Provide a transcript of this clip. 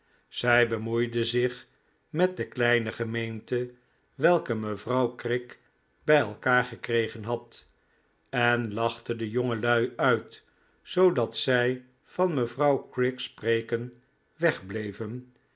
zij bemoeide zich met de kleine gemeente welke mevrouw kirk bij elkaar gekregen had en lachte de jongelui uit zoodat zij van mevrouw kirk's preeken wegbleven